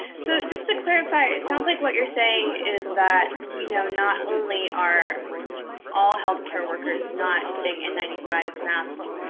so just to clarify, it sounds like what you're saying is that you know not only are all health coworkers not getting n nine five masks,